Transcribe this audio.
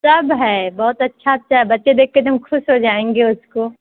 सब है बहुत अच्छा अच्छा है बच्चे देख के एकदम खुश हो जाएँगे उसको